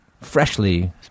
freshly